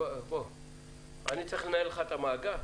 אני צריך לנהל לך את המאגר?